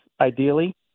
ideally